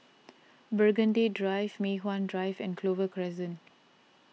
Burgundy Drive Mei Hwan Drive and Clover Crescent